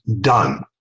done